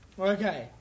Okay